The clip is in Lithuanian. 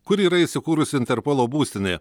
kur yra įsikūrusi interpolo būstinė